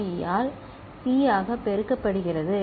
பியால் C ஆக பெருக்கப்படுகிறது